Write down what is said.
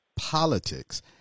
politics